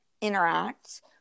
interact